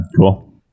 Cool